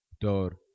Door